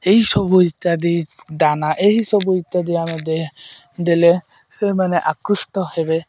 ଏହିସବୁ ଇତ୍ୟାଦି ଦାନା ଏହିସବୁ ଇତ୍ୟାଦି ଆମେ ଦେଲେ ସେମାନେ ଆକୃଷ୍ଟ ହେବେ